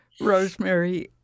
Rosemary